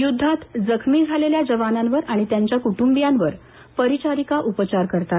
युद्धात जखमी झालेल्या जवानांवर आणि त्यांच्या कुटुंबियावर परिचारिका उपचार करतात